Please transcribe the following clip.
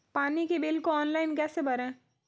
पानी के बिल को ऑनलाइन कैसे भरें?